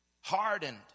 hardened